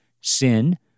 sin